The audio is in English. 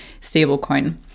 stablecoin